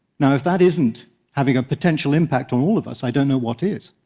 now, if that isn't having a potential impact on all of us, i don't know what is.